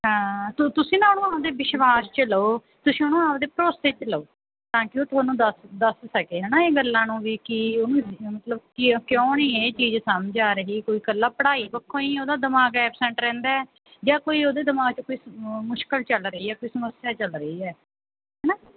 ਹਾਂ ਤੋ ਤੁਸੀਂ ਨਾ ਉਹਨੂੰ ਆਪਦੇ ਵਿਸ਼ਵਾਸ 'ਚ ਲਓ ਤੁਸੀਂ ਨਾ ਆਪਣੇ ਭਰੋਸੇ 'ਚ ਲਓ ਤਾਂ ਕਿ ਤੁਹਾਨੂੰ ਦੱਸ ਦੱਸ ਸਕੇ ਹੈ ਨਾ ਇਹ ਗੱਲਾਂ ਨੂੰ ਵੀ ਕਿ ਉਹਨੂੰ ਮਤਲਬ ਕਿ ਕਿਉਂ ਨਹੀਂ ਇਹ ਚੀਜ਼ ਸਮਝ ਆ ਰਹੀ ਕੋਈ ਇਕੱਲਾ ਪੜ੍ਹਾਈ ਪੱਖੋਂ ਹੀ ਉਹਦਾ ਦਿਮਾਗ ਐਪਸੈਂਟ ਰਹਿੰਦਾ ਜਾਂ ਕੋਈ ਉਹਦੇ ਦਿਮਾਗ 'ਚ ਕੋਈ ਮੁਸ਼ਕਿਲ ਚੱਲ ਰਹੀ ਹੈ ਕੋਈ ਸਮੱਸਿਆ ਚੱਲ ਰਹੀ ਹੈ ਹੈ ਨਾ